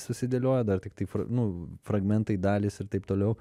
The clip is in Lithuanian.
susidėlioja dar tiktai nu fragmentai dalys ir taip toliau